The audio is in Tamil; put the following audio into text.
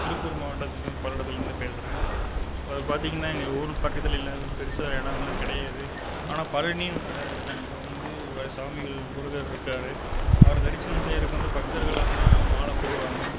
திருப்பூர் மாவட்டத்திலேருந்து பல்லடத்துலேருந்து பேசுகிறேன் இப்போ பார்த்திங்கன்னா எங்கள் ஊருக்கு பக்கத்தில் எல்லாம் எதுவும் பெருசாக இடங்கள்லாம் கிடையாது ஆனால் பழனின்னு ஒரு இடம் இருக்குது அங்கே வந்து வ சாமிகள் முருகர் இருக்கார் அவர் தரிசனம் செய்றதுக்கு வந்து பக்தர்கள் எல்லாம் மாலை போடுவாங்கள்